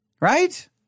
right